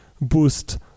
boost